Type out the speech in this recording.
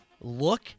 look